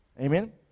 Amen